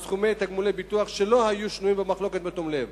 סכומי תגמולי ביטוח שלא היו שנויים במחלוקת בתום לב,